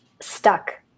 stuck